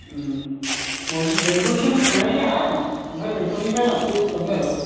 बेंथलसिम थांनायसै आं ओमफ्राय बेंथलनिफ्राय लांफै लांफैब्लानो जाबाय